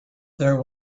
there